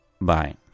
Bye